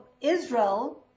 Israel